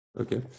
Okay